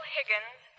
Higgins